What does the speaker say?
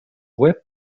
web